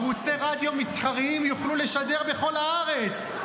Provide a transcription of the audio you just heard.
ערוצי רדיו מסחריים יוכלו לשדר בכל הארץ.